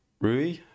Rui